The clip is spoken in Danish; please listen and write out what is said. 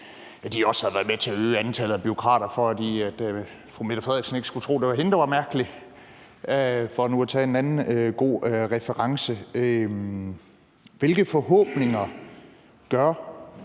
at de også har været med til at øge antallet af bureaukrater, for at statsministeren ikke skulle tro, at det var hende, der var mærkelig, for nu at tage en anden god reference. Hvilke forhåbninger gør